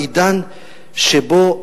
בעידן שבו,